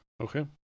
okay